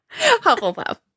Hufflepuff